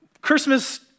Christmas